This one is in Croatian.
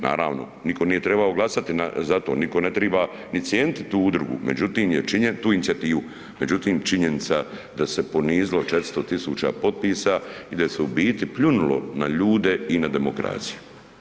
Naravno, nitko nije trebao glasati za to, nitko ne triba ni cijenit tu udrugu, međutim je, tu inicijativu, međutim činjenica da se ponizilo 400.000 potpisa i da se u biti pljunulo na ljude i na demokraciju.